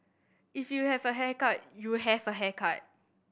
if you have a haircut you have a haircut